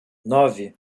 nove